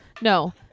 no